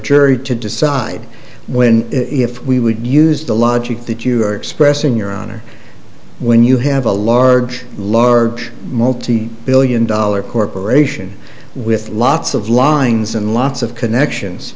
jury to decide when if we would use the logic that you are expressing your honor when you have a large large multi billion dollar corporation with lots of lines and lots of connections